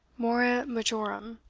more majorum,